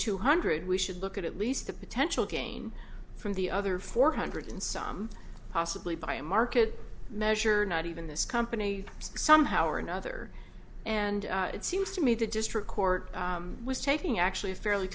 two hundred we should look at least the potential gain from the other four hundred and some possibly by market measure not even this company somehow or another and it seems to me the district court was taking actually a fairly